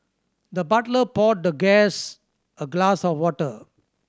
the butler poured the guest a glass of water